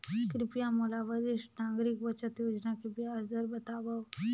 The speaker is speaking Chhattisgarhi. कृपया मोला वरिष्ठ नागरिक बचत योजना के ब्याज दर बतावव